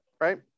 right